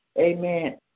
amen